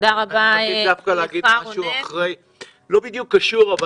רציתי לומר משהו שהוא לא בדיוק קשור אבל